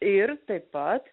ir taip pat